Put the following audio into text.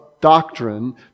doctrine